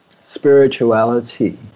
spirituality